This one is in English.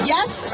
Yes